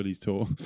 tour